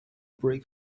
break